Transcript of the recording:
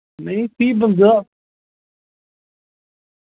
नेईं भी बंदे दा